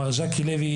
מר ז'קי לוי,